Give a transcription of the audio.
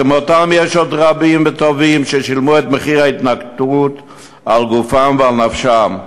כמותם יש עוד רבים וטובים ששילמו את מחיר ההתנתקות בגופם ובנפשם.